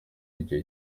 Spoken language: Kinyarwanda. igihe